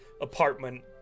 apartment